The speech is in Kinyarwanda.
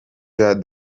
jean